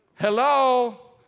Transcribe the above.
hello